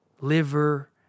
liver